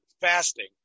fasting